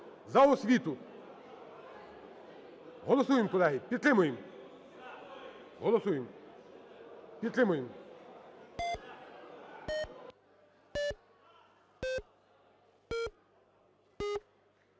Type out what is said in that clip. За освіту. Голосуємо, колеги, підтримуємо. Голосуємо, підтримуємо.